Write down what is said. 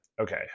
okay